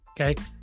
okay